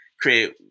create